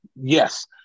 yes